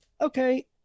Okay